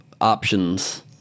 options